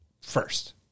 first